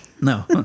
No